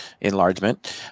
enlargement